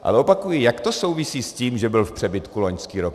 Ale opakuji, jak to souvisí s tím, že byl v přebytku loňský rok?